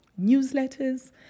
newsletters